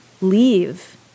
leave